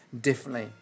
differently